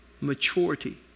maturity